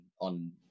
on